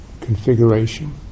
configuration